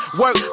work